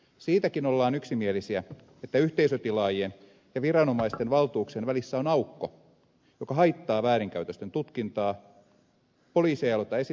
siitäkin ollaan yksimielisiä että yhteisötilaajien ja viranomaisten valtuuksien välissä on aukko joka haittaa väärinkäytösten tutkintaa